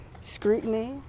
scrutiny